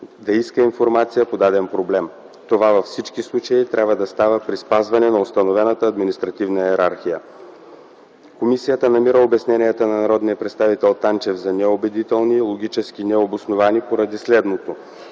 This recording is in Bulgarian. да иска информация по даден проблем. Това във всички случаи трябва да става при спазване на установената административна йерархия. Комисията намира обясненията на народния представител Танчев за неубедителни и логически необосновани поради следното: